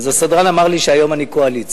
אז הסדרן אמר לי שהיום אני קואליציה.